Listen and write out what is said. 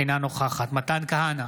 אינה נוכחת מתן כהנא,